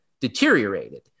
deteriorated